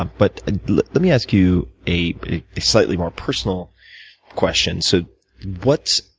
um but ah let let me ask you a a slightly more personal question. so what,